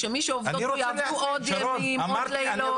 שמי שעובדות ויעבדו עוד ימים, עוד לילות.